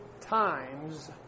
times